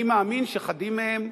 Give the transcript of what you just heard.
אני מאמין שאחדים מהם,